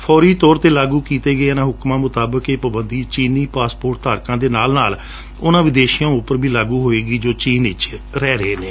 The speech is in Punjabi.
ਫੌਰੀ ਤੌਰ ਤੇ ਲਾਗੁ ਕੀਤੇ ਗਏ ਇਨੁਾਂ ਹੁਕਮਾਂ ਮੁਤਾਬਕ ਇਹ ਪਾਬੰਦੀ ਚੀਨੀ ਪਾਸਪੋਰਟ ਧਾਰਕਾਂ ਦੇ ਨਾਲ ਨਾਲ ਉਨੂਾਂ ਵਿਦੇਸ਼ੀਆਂ ਉਂਪਰ ਵੀ ਲਾਗੁ ਰਹਿਣਗੀਆਂ ਜੋ ਚੀਨ ਵਿੱਚ ਰਹਿ ਰਹੇ ਨੇ